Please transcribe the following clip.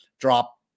Drop